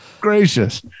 Gracious